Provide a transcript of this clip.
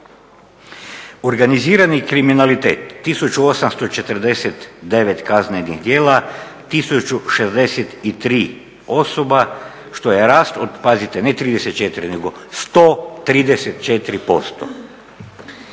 Organizirani kriminalitet 1849 kaznenih djela, 1063 osoba što je rast pazite ne 34 nego 134%.